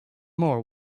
more